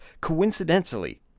coincidentally